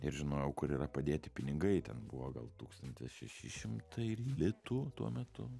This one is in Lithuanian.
ir žinojau kur yra padėti pinigai ten buvo gal tūkstantis šeši šimtai litų tuo metu